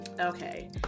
Okay